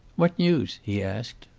what news? he asked.